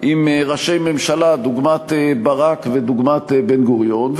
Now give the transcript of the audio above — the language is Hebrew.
אצל ראשי ממשלה דוגמת ברק ודוגמת בן-גוריון,